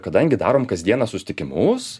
kadangi darom kasdieną susitikimus